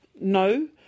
no